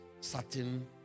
certain